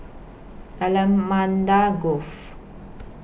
Allamanda Grove